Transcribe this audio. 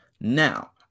Now